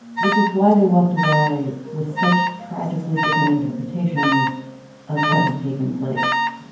which is why they walked away with such tragically different interpretations of what had taken place.